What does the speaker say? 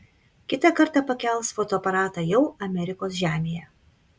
kitą kartą pakels fotoaparatą jau amerikos žemėje